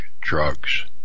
drugs